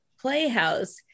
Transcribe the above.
playhouse